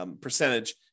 percentage